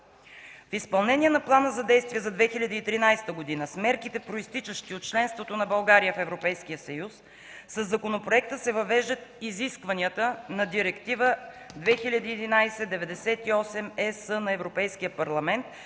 В изпълнение на Плана за действие за 2013 г. с мерките, произтичащи от членството на България в Европейския съюз, със законопроекта се въвеждат изискванията на Директива 2011/98/ЕС на Европейския парламент